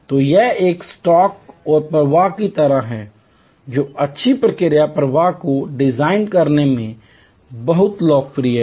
तो यह एक स्टॉक और प्रवाह की तरह है जो अच्छी प्रक्रिया प्रवाह को डिजाइन करने में बहुत लोकप्रिय है